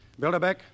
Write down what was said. Bilderbeck